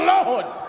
Lord